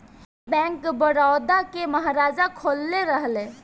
ई बैंक, बड़ौदा के महाराजा खोलले रहले